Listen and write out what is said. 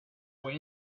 were